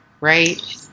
right